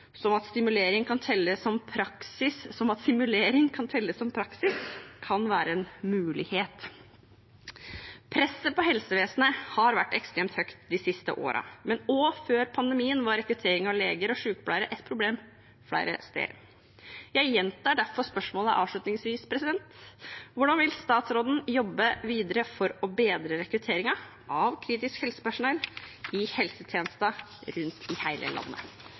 som at simulering kan telle som praksis, kan være en mulighet. Presset på helsevesenet har vært ekstremt høyt de siste årene, men også før pandemien var rekruttering av leger og sjukepleiere et problem flere steder. Jeg gjentar derfor spørsmålet avslutningsvis: Hvordan vil statsråden jobbe videre for å bedre rekrutteringen av kritisk helsepersonell i helsetjenesten rundt i hele landet?